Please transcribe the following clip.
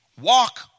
walk